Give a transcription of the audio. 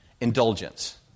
indulgence